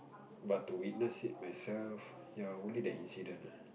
but to witness it myself ya only that incident ah